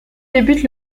débute